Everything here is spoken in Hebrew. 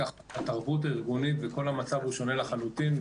התרבות הארגונית וכל המצב הוא שונה לחלוטין,